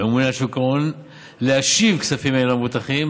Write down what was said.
והממונה על שוק ההון להשיב כספים אלה למבוטחים